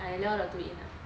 I lure the two in ah